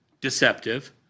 deceptive